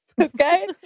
okay